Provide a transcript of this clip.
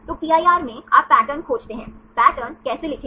तो PIR में आप पैटर्न खोजते हैं पैटर्न कैसे लिखें